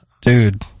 Dude